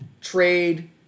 trade